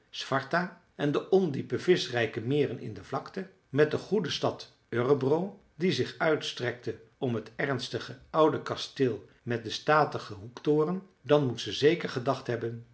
en de ondiepe vischrijke meren in de vlakte met de goede stad örebro die zich uitstrekte om het ernstige oude kasteel met den statigen hoektoren dan moet ze zeker gedacht hebben